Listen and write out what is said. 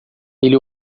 ele